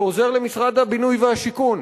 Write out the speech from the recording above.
ועוזר למשרד הבינוי והשיכון,